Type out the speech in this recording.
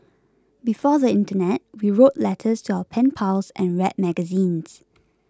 before the internet we wrote letters to our pen pals and read magazines